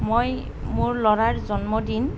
মই মোৰ ল'ৰাৰ জন্মদিন